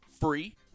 free